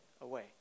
away